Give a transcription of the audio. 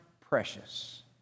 Precious